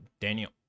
Daniel